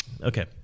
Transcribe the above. Okay